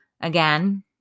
again